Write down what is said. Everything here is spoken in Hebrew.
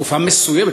תקופה מסוימת.